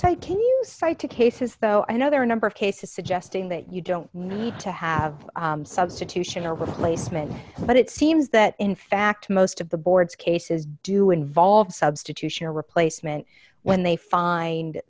to cases though i know there are a number of cases suggesting that you don't need to have a substitution or replacement but it seems that in fact most of the boards cases do involve substitution or replacement when they find